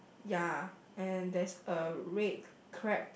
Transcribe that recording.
ya and there's a red crab